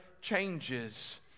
changes